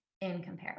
incomparable